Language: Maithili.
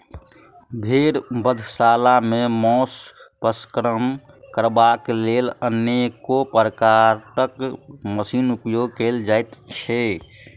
भेंड़ बधशाला मे मौंस प्रसंस्करण करबाक लेल अनेको प्रकारक मशीनक उपयोग कयल जाइत छै